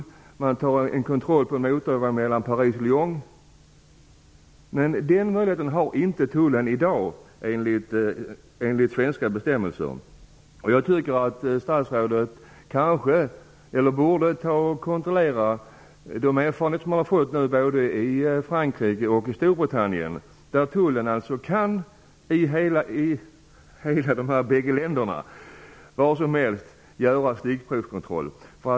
Tullen kan t.ex. göra en kontroll på en motorväg mellan Paris och Lyon. Den möjligheten har den svenska tullen inte i dag, enligt svenska bestämmelser. Jag tycker att statsrådet borde kontrollera de erfarenheter som man har fått både i Frankrike och i Storbritannien, där tullen var som helst kan göra stickprovskontroller.